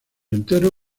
entero